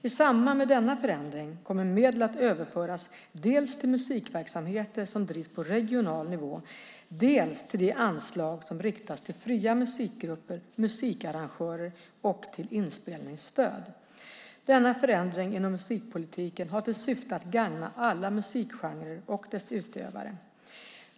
I samband med denna förändring kommer medel att överföras dels till musikverksamheter som drivs på regional nivå, dels till det anslag som riktas till fria musikgrupper, musikarrangörer och till inspelningsstöd. Denna förändring inom musikpolitiken har till syfte att gagna alla musikgenrer och deras utövare.